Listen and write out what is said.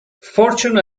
fortune